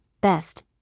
best